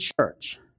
church